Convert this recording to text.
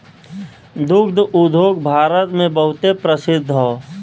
दुग्ध उद्योग भारत मे बहुते प्रसिद्ध हौ